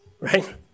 Right